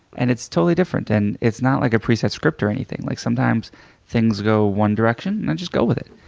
and it's totally different. and it's not like a pre-typed script or anything. like sometimes things go one direction and i just go with it.